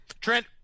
Trent